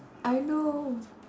I know